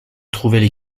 trouvaient